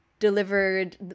Delivered